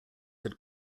had